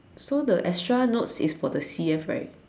so the extra notes is for the C_F right